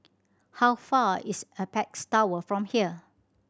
how far is Apex Tower from here